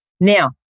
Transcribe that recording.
Now